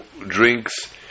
drinks